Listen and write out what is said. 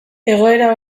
egoera